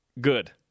good